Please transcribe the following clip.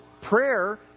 Prayer